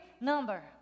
number